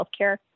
healthcare